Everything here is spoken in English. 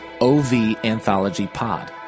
OVAnthologyPod